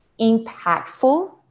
impactful